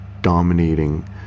dominating